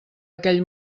aquell